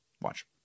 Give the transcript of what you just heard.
Watch